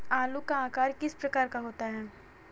आलू का आकार किस प्रकार का होता है?